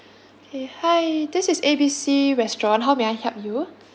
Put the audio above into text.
okay hi this is A B C restaurant how may I help you